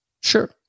Sure